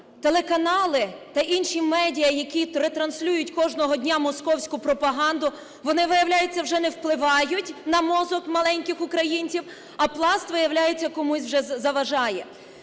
телеканали та інші медіа, які ретранслюють кожного дня московську пропаганду, вони вже, виявляється, не впливають на мозок маленьких українців? А Пласт, виявляється вже комусь заважає?